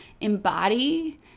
embody